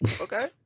Okay